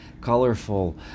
colorful